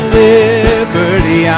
liberty